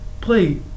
Play